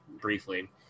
briefly